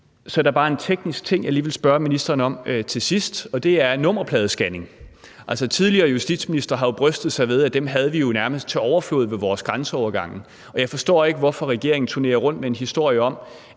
Så er der bare en teknisk ting, som jeg lige vil spørge ministeren om til sidst, og det er det med nummerpladescanning. Den tidligere justitsminister har jo brystet sig af, at dem havde vi nærmest til overflod ved vores grænseovergange, og jeg forstår ikke, hvorfor regeringen turnerer rundt med en historie om,